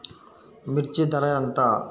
మిర్చి ధర ఎంత?